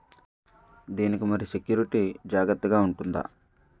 దీని కి మరి సెక్యూరిటీ జాగ్రత్తగా ఉంటుందా?